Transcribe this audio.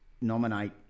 nominate